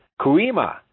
Kuima